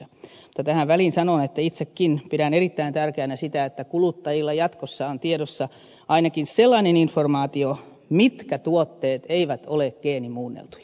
mutta tähän väliin sanon että itsekin pidän erittäin tärkeänä sitä että kuluttajilla jatkossa on tiedossa ainakin sellainen informaatio mitkä tuotteet eivät ole geenimuunneltuja